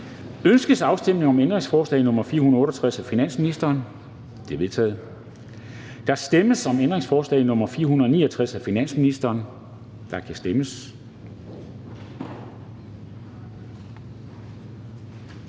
Ønskes afstemning om ændringsforslag nr. 663-679 af finansministeren? De er vedtaget. Der stemmes om ændringsforslag nr. 751 af RV, og der kan stemmes.